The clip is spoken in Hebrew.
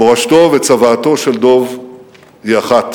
מורשתו וצוואתו של דב הן אחת: